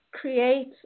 create